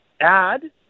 add